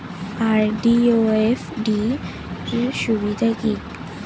RD ও FD র সুবিধা কি?